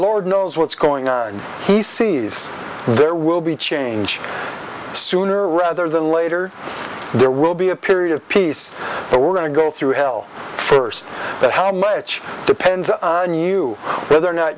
lord knows what's going on he sees there will be change sooner rather than later there will be a period piece where we're going to go through hell first but how much depends on you whether or not